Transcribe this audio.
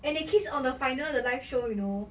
and they kiss on the final the live show you know